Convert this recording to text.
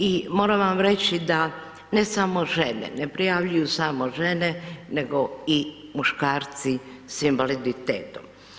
I moram vam reći da ne samo žene, ne prijavljuju samo žene nego i muškarci sa invaliditetom.